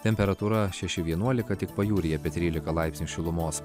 temperatūra šeši vienuolika tik pajūryje apie trylika laipsnių šilumos